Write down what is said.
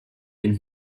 den